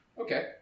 okay